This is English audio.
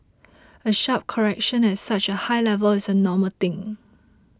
a sharp correction at such a high level is a normal thing